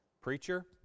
preacher